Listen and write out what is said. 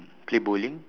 play bowling